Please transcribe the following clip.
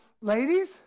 Ladies